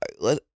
Let